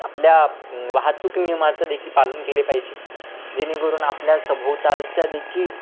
आपल्या वाहतूक नियमाचं देखील पालन केले पाहिजे जेणेकरून आपल्या सभोवतालच्या देखील